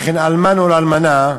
וכן אלמן או אלמנה,